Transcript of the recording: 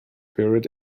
period